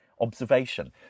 observation